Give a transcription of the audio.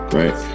right